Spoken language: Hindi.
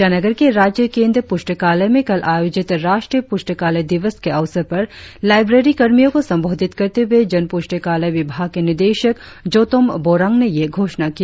ईटानगर के राज्य केंद्रीय पुस्तलाकय में कल आयोजित राष्ट्रीय पुस्तकालय दिवस के अवसर पर लाइब्रेरी कर्मियों को संबोधित करते हुए जन पुस्तकालय विभाग के निदेशक जोतोम बोरांग ने यह घोषणा की